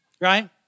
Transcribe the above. Right